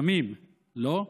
תמים, לא?